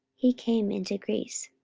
he came into greece,